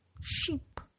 Sheep